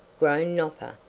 groaned nopper,